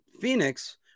Phoenix